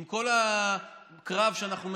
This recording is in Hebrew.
עם כל הקרב שאנחנו מנהלים,